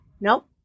Nope